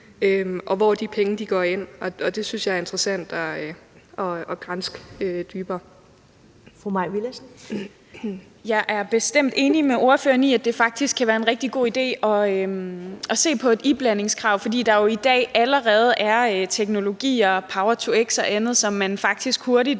Kl. 11:10 Første næstformand (Karen Ellemann): Fru Mai Villadsen. Kl. 11:10 Mai Villadsen (EL): Jeg er bestemt enig med ordføreren i, at det faktisk kan være en rigtig god idé at se på et iblandingskrav, for der er jo i dag allerede teknologier, Power-to-X og andet, som man faktisk hurtigt